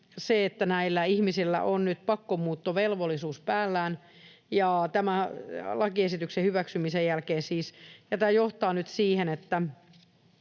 että näillä ihmisillä on nyt pakkomuuttovelvollisuus päällään tämän lakiesityksen hyväksymisen jälkeen, ja tämä johtaa nyt siihen, että